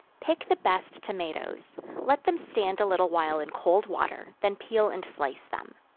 pick the best tomatoes let them stand a little while in cold water, then peel and slice them.